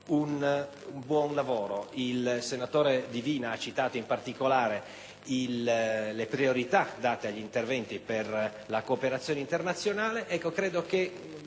un buono lavoro. Il senatore Divina ha citato, in particolare, le priorità date agli interventi in materia di cooperazione internazionale: